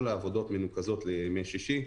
כל העבודות מנוקזות לימי שישי,